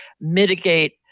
mitigate